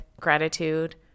gratitude